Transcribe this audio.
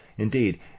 Indeed